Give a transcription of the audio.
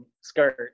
skirt